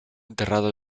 enterrado